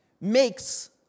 makes